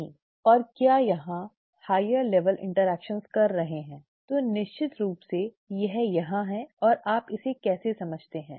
और क्या यहां उच्च स्तर इन्टर्ऐक्शन कर रहे हैं तो निश्चित रूप से यह यहां हैं और आप इसे कैसे समझते हैं